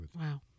Wow